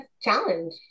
challenge